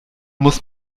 muss